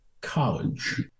college